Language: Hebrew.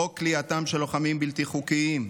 חוק כליאתם של לוחמים בלתי חוקיים,